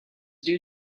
due